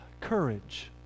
courage